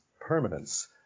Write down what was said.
permanence